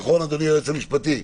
נכון, אדוני היועץ המשפטי?